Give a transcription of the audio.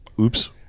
Oops